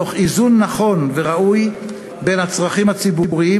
תוך איזון נכון וראוי בין הצרכים הציבוריים